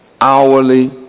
hourly